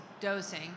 dosing